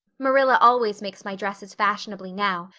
marilla always makes my dresses fashionably now,